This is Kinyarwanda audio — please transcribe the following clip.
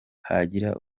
hagira